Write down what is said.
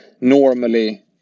normally